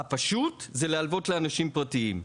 הפשוט זה להלוות לאנשים פרטיים.